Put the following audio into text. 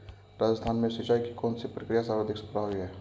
राजस्थान में सिंचाई की कौनसी प्रक्रिया सर्वाधिक प्रभावी है?